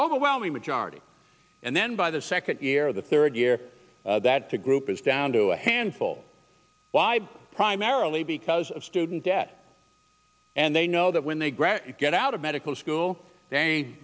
overwhelming majority and then by the second year the third year that to group is down to a handful by primarily because of student debt and they know that when they graduate get out of medical school they